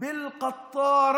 פעם בחודש,